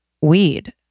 weed